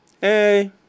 Hey